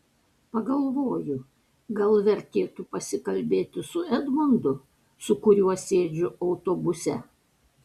pagalvoju gal vertėtų pakalbėti su edmundu su kuriuo sėdžiu autobuse